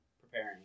preparing